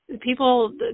people